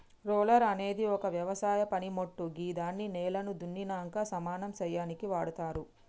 roller అనేది ఒక వ్యవసాయ పనిమోట్టు గిదాన్ని నేలను దున్నినంక సమానం సేయనీకి వాడ్తరు